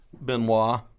Benoit